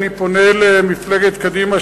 אני פונה למפלגת קדימה,